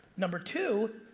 number two,